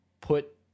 put